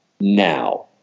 now